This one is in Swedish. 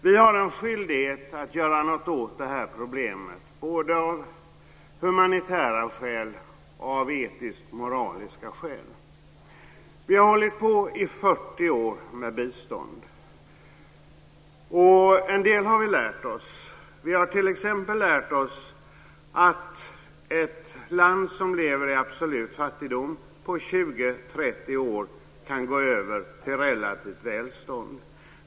Vi har en skyldighet att göra något åt detta problem, både av humanitära skäl och av etiska och moraliska skäl. Vi har hållit på i 40 år med bistånd. En del har vi lärt oss. Vi har t.ex. lärt oss att ett land som lever i absolut fattigdom på 20-30 år kan gå över till relativt välstånd.